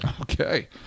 Okay